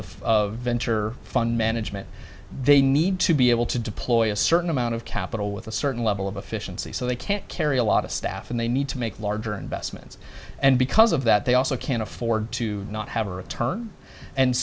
math of venture fund management they need to be able to deploy a certain amount of capital with a certain level of efficiency so they can't carry a lot of staff and they need to make larger investments and because of that they also can't afford to not have a return and